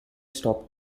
stopped